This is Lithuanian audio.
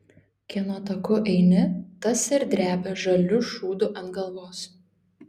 kieno taku eini tas ir drebia žaliu šūdu ant galvos